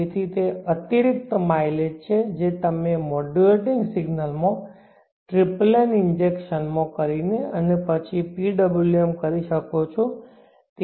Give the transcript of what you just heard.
તેથી તે અતિરિક્ત માઇલેજ છે જે તમે મોડ્યુલેટિંગ સિગ્નલમાં ટ્રિપલેન ઇન્જેક્શન કરીને અને પછી PWM કરી શકો છો